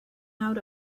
out